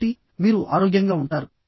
కాబట్టి మీరు ఆరోగ్యంగా ఉంటారు